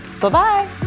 Bye-bye